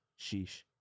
sheesh